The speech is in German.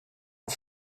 und